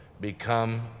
become